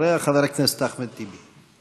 אחריה, חבר הכנסת אחמד טיבי.